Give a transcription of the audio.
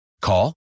Call